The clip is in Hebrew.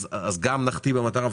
אז גם נחטיא במטרה,